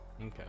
Okay